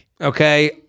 Okay